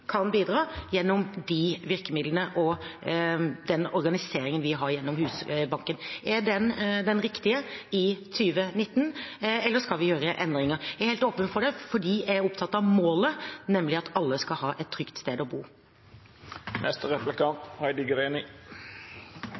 kan bidra gjennom de virkemidlene og den organiseringen vi har gjennom Husbanken. Er den den riktige i 2019 eller skal vi gjøre endringer? Jeg er helt åpen for det fordi jeg er opptatt av målet, nemlig at alle skal ha et trygt sted å bo.